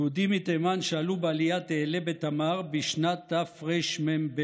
יהודים מתימן שעלו בעליית "אעלה בתמר" בשנת תרמ"ב,